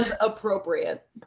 appropriate